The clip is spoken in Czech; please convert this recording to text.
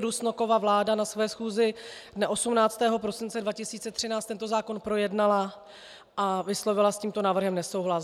Rusnokova vláda na své schůzi dne 18. prosince 2013 tento zákon projednala a vyslovila s tímto návrhem nesouhlas.